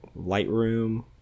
Lightroom